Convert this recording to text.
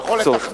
הוא יכול לתכנן.